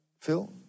Phil